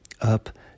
up